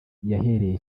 yahereye